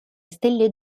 stelle